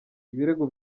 ibirego